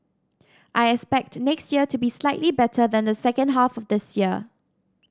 I expect next year to be slightly better than the second half of this year